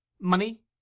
Money